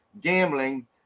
gambling